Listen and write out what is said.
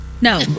No